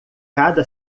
cada